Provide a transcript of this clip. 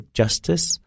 justice